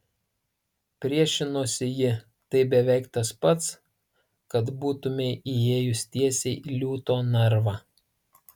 priešinosi ji tai beveik tas pats kad būtumei įėjus tiesiai į liūto narvą